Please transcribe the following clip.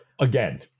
again